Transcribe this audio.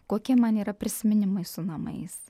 kokie man yra prisiminimai su namais